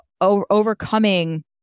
overcoming